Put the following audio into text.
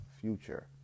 future